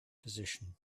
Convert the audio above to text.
position